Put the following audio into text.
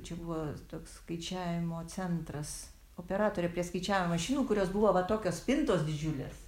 čia buvo toks skaičiavimo centras operatore prie skaičiavimo mašinų kurios buvo va tokios spintos didžiulės